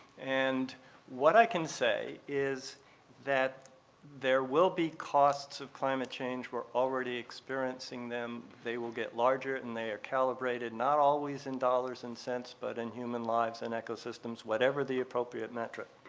and what i can say is that there will be costs of climate change. we're already experiencing them. they will get larger and they are calibrated not always in dollars and cents but in human lives and ecosystems. whatever the appropriate metric.